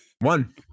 one